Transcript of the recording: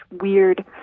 weird